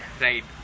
right